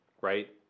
right